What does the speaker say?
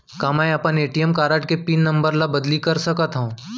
का मैं अपन ए.टी.एम कारड के पिन नम्बर ल बदली कर सकथव?